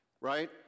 right